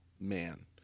man